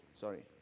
Sorry